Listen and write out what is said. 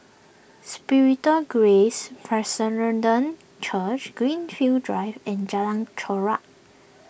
Spiritual Grace Church Greenfield Drive and Jalan Chorak